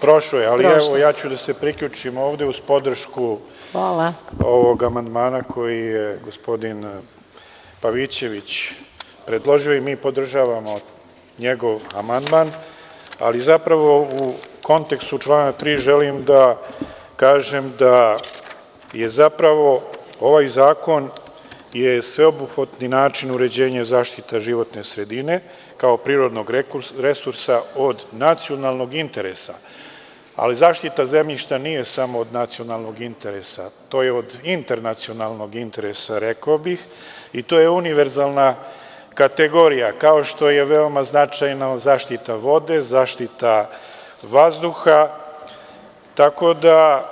Prošlo je, ali evo ja ću da se priključim ovde uz podršku ovog amandmana koji je gospodin Pavićević predložio i mi podržavamo njegov amandman, ali zapravo u kontekstu člana 3, želim da kažem da je zapravo ovaj zakon na sveobuhvatan način uređenja i zaštite životne sredine, kao privrednog resursa od nacionalnog interesa, ali zaštita zemljišta nije samo od nacionalnog interesa, to je od internacionalnog interesa, rekao bih, i to je univerzalna kategorija, kao što je veoma značajno zaštita vode, zaštita vazduha, tako da